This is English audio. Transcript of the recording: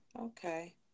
okay